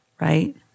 right